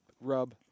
rub